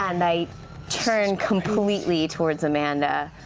and i turn completely towards amanda,